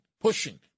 pushing